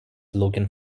looking